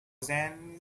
then